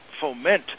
foment